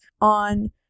on